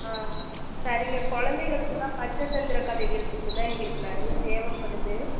ஆ சரிங்க குழந்தைகளுக்குதான் பஞ்ச தந்திர கதைகள் புக்குதான் எங்களுக்கு நிறைய தேவைப்படுது